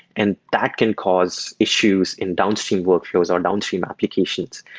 and that can cause issues in downstream workflows or downstream applications.